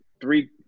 three